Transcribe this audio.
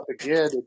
again